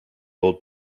old